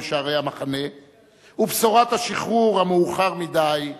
בשערי המחנה ובשורת השחרור המאוחר מדי בפיהם.